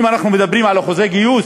אם אנחנו מדברים על אחוזי גיוס,